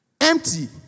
Empty